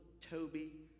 Toby